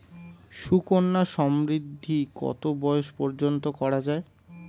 সুকন্যা সমৃদ্ধী কত বয়স পর্যন্ত করা যায়?